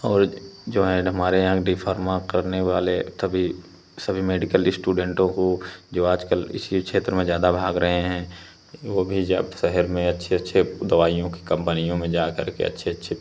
और जो हैं हमारे यहाँ डिफार्मा करने वाले सभी सभी मेडिकल स्टूडेंटों को जो आजकल इसी क्षेत्र में ज़्यादा भाग रहे हैं वे भी जब शहर में अच्छे अच्छे दवाइयों की कंपनियों में जाकर के अच्छे अच्छे